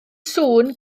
sŵn